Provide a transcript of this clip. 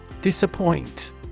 Disappoint